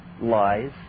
lies